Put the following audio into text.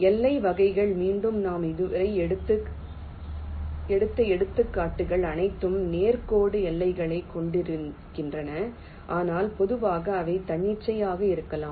எல்லை வகைகள் மீண்டும் நாம் இதுவரை எடுத்த எடுத்துக்காட்டுகள் அனைத்தும் நேர் கோடு எல்லைகளைக் கொண்டிருக்கின்றன ஆனால் பொதுவாக அவை தன்னிச்சையாக இருக்கலாம்